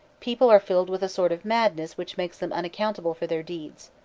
people are filled with a sort of madness which makes them unaccountable for their deeds.